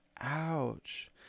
Ouch